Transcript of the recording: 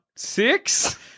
Six